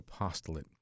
Apostolate